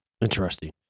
interesting